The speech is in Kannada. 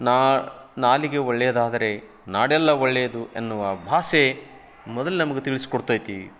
ನಾ ನಾಲಿಗೆ ಒಳ್ಳೆಯದಾದರೆ ನಾಡೆಲ್ಲ ಒಳ್ಳೆಯದು ಎನ್ನುವ ಭಾಷೆ ಮೊದಲು ನಮಗೆ ತಿಳಿಸಿಕೊಡ್ತೈತೀ